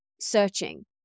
searching